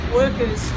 workers